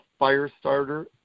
Firestarter